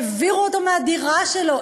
העבירו אותו מהדירה שלו,